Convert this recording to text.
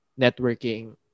networking